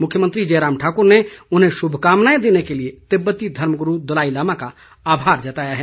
मुख्यमंत्री जयराम ठाकुर ने उन्हें शुभकामनाएं देने के लिए तिब्बती धर्मगुरू दलाई लामा का आभार जताया है